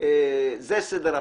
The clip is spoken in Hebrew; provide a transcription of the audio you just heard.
זה סדר הפעולות.